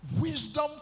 wisdom